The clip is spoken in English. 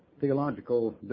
theological